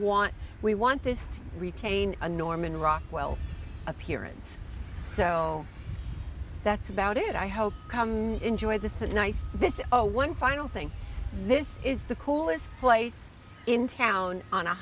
want we want this to retain a norman rockwell appearance so that's about it i hope come enjoy this a nice this is a one final thing this is the coolest place in town on a